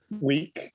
week